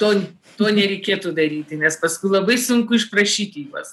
ton tuo nereikėtų daryti nes paskui labai sunku išprašyti juos